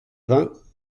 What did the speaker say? vingts